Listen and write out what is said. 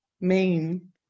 main